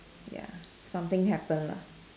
ya something happen lah